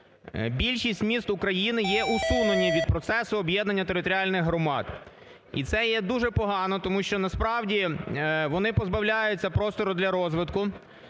більшість міст України є усунені від процесу об'єднання територіальних громад. І це є дуже погано, тому що, насправді, вони позбавляються простору для розвитку,